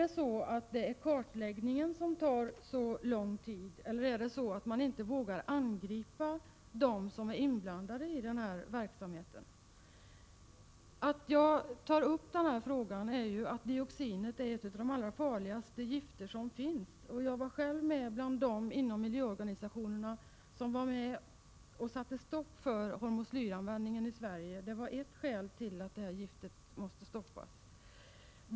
Tar kartläggningen så lång tid, eller vågar man inte angripa dem som är inblandade i denna verksamhet? Anledningen till att jag tar upp denna fråga är att dioxin är ett av de allra farligaste gifter som finns. Jag var själv bland dem inom miljöorganisationerna som arbetade för att få stopp för homoslyranvändningen i Sverige. Det arbetet bidrog till att giftet också måste stoppas.